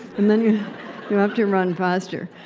and then you you have to run faster.